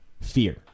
fear